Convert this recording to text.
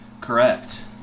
Correct